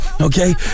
Okay